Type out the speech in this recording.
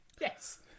Yes